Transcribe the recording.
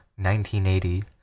1980